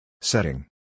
Setting